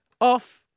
off